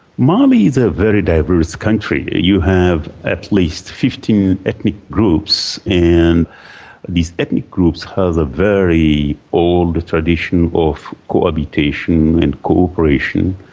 mali is a very diverse country. you have at least fifteen ethnic groups and these ethnic groups have a very old tradition of cohabitation and cooperation.